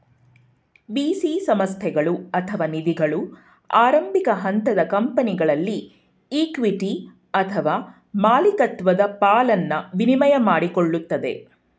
VC ಸಂಸ್ಥೆಗಳು ಅಥವಾ ನಿಧಿಗಳು ಆರಂಭಿಕ ಹಂತದ ಕಂಪನಿಗಳಲ್ಲಿ ಇಕ್ವಿಟಿ ಅಥವಾ ಮಾಲಿಕತ್ವದ ಪಾಲನ್ನ ವಿನಿಮಯ ಮಾಡಿಕೊಳ್ಳುತ್ತದೆ